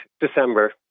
December